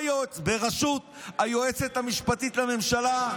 בראשות היועצת המשפטית לממשלה.